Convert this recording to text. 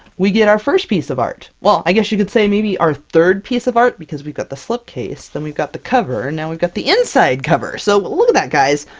we get our first piece of art well, i guess you could say maybe our third piece of art? because we've got the slipcase, then we've got the cover, and now we've got the inside cover! so, look at that guy's!